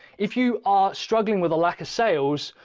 if you are struggling with a lack of sales,